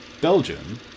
Belgium